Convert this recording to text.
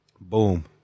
Boom